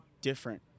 different –